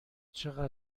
چقدر